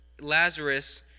Lazarus